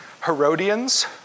Herodians